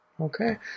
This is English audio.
Okay